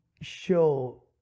show